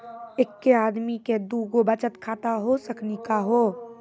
एके आदमी के दू गो बचत खाता हो सकनी का हो?